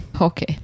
Okay